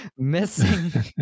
missing